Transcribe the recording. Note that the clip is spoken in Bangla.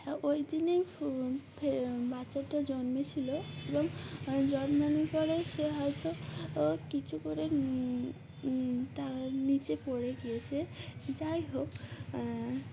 হ্যা ওই দিনেই বাচ্চাটা জন্মেছিলো এবং জন্মানোর পরে সে হয়তো কিছু করে নিচে পড়ে গিয়েছে যাই হোক